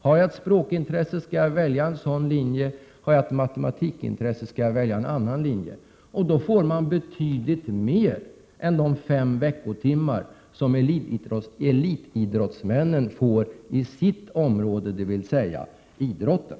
Har jag ett språkintresse skall jag välja en sådan linje, har jag ett annat intresse skall jag välja en annan linje. Och då får man betydligt mer än de fem veckotimmar som elitidrottsmännen får i sitt område, dvs. idrotten.